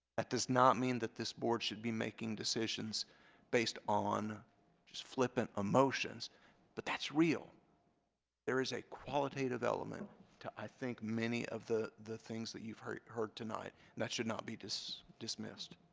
that does not mean that this board should be making decisions based on flippant emotions but that's real there is a qualitative element to i think many of the the things that you've heard heard tonight that should not be just dismissed